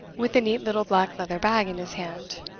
with a neat little black leather bag in his hand.